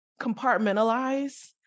compartmentalize